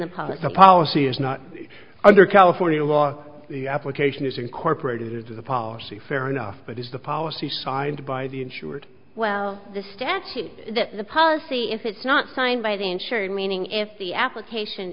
the public policy is not under california law the application is incorporated into the policy fair enough but is the policy signed by the insured well the statute that the policy if it's not signed by the insured meaning if the application